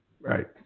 right